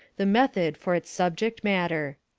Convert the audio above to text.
the method for its subject matter.